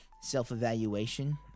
self-evaluation